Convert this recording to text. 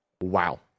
Wow